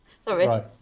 Sorry